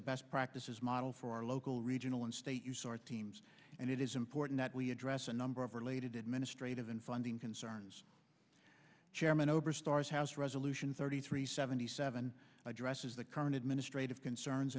a best practices model for our local regional and state use or teams and it is important that we address a number of related administrative and funding concerns chairman oberstar as house resolution thirty three seventy seven addresses the current administrative concerns